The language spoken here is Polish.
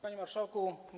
Panie Marszałku!